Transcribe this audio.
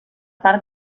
part